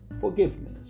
forgiveness